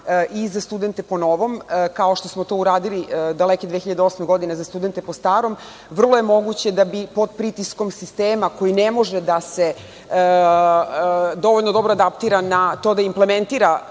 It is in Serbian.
i za studente po novom, kao što smo to uradili daleke 2008. godine za studente po starom, vrlo je moguće da bi, pod pritiskom sistema koji ne može da se dovoljno dobro adaptira na to da implementira